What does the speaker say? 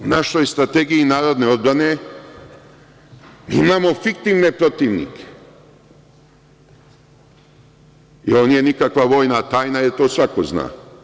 U našoj strategiji narodne odbrane mi imamo fiktivne protivnike i ovo nije nikakva vojna tajna, jer to svako zna.